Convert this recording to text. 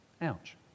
Ouch